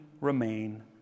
remain